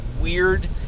weird